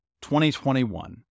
2021